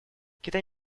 китай